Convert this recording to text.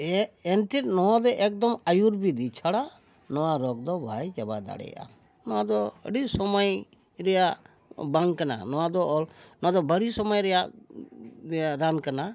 ᱮᱱᱛᱮᱫ ᱱᱚᱣᱟ ᱫᱚ ᱮᱠᱫᱚᱢ ᱟᱹᱭᱩᱨᱵᱮᱫᱤ ᱪᱷᱟᱲᱟ ᱱᱚᱣᱟ ᱨᱳᱜᱽ ᱫᱚ ᱵᱟᱭ ᱪᱟᱵᱟ ᱫᱟᱲᱮᱭᱟᱜᱼᱟ ᱱᱚᱣᱟ ᱫᱚ ᱟᱹᱰᱤ ᱥᱚᱢᱚᱭ ᱨᱮᱭᱟᱜ ᱵᱟᱝ ᱠᱟᱱᱟ ᱱᱚᱣᱟ ᱫᱚ ᱱᱚᱣᱟ ᱫᱚ ᱵᱟᱹᱨᱤ ᱥᱚᱢᱚᱭ ᱨᱮᱭᱟᱜ ᱨᱟᱱ ᱠᱟᱱᱟ